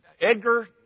Edgar